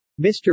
Mr